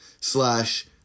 slash